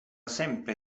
sempre